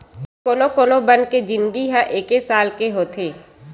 कोनो कोनो बन के जिनगी ह एके साल के होथे